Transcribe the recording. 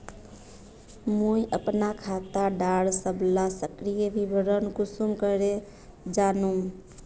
मुई अपना खाता डार सबला सक्रिय विवरण कुंसम करे जानुम?